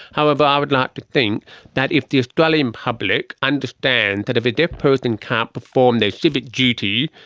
however, i would like to think that if the australian public understand that if a deaf person can't perform their civic duty,